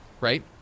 right